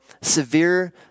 severe